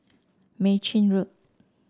Mei Chin Road